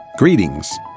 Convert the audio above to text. Greetings